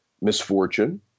misfortune